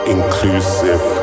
Inclusive